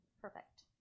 Perfect